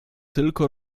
tylko